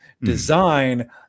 design